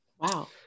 Wow